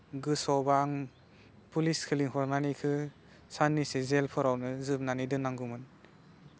गोसोआवबा आं पुलिसखौ लिंहरनानै बिखौ साननैसो जेलफोरावनो जोबनानै दोननांगौमोन